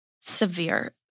severe